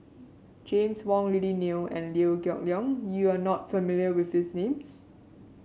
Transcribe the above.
James Wong Lily Neo and Liew Geok Leong you are not familiar with these names